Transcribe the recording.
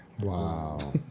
Wow